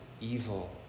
evil